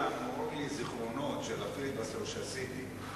אתה מעורר בי זיכרונות של הפיליבסטר שעשיתי,